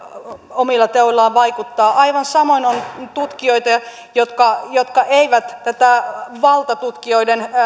omilla teoillaan vaikuttaa aivan samoin on tutkijoita jotka jotka eivät hyväksy valtatutkijoiden